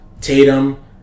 Tatum